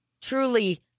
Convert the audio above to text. Truly